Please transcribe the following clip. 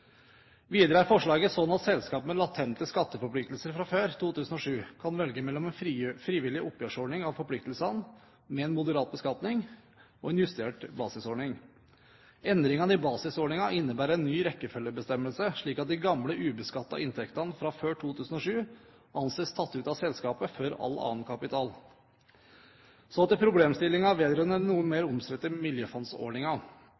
Videre er forslaget slik at selskaper med latente skatteforpliktelser fra før 2007 kan velge mellom en frivillig oppgjørsordning av forpliktelsene med en moderat beskatning og en justert basisordning. Endringen i basisordningen innebærer en ny rekkefølgebestemmelse, slik at de gamle, ubeskattede inntektene fra før 2007 anses tatt ut av selskapet før all annen kapital. Så til problemstillingen vedrørende den noe mer omstridte miljøfondsordningen. Det